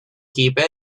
keep